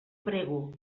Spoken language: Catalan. prego